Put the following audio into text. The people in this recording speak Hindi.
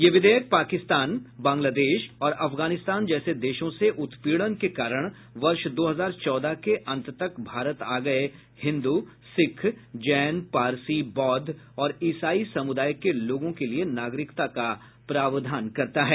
यह विधेयक पाकिस्तान बंगलादेश और अफगानिस्तान जैसे देशों से उत्पीड़न के कारण वर्ष दो हजार चौदह के अंत तक भारत आ गए हिंदू सिख जैन पारसी बौद्ध और इसाई समुदाय के लोगों के लिए नागरिकता का प्रावधान करता है